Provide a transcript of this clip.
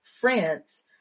France